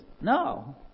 no